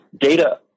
Data